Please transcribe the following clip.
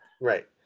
Right